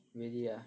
really ah